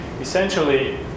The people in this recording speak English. essentially